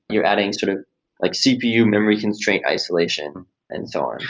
you're adding sort of like cpu memory constrained isolation and so on.